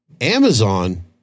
Amazon